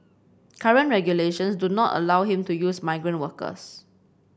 current regulations do not allow him to use migrant workers